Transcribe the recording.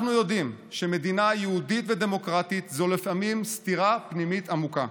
אנחנו יודעים שמדינה יהודית ודמוקרטית זו לפעמים סתירה פנימית עמוקה,